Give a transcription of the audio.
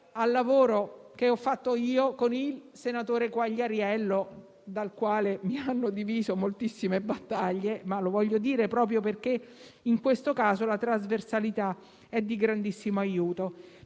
al lavoro che ho fatto io con il senatore Quagliariello, dal quale mi hanno diviso moltissime battaglie; lo voglio dire proprio perché in questo caso la trasversalità è di grandissimo aiuto.